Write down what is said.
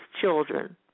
children